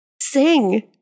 Sing